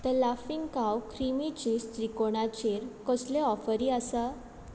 the Laughing Cow क्रिमीचे त्रिकोणाचेर कसले ऑफरी आसा